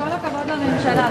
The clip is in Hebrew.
התשע"ב 2011,